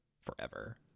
forever